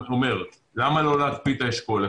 למה לא להקפיא את האשכול?